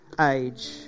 age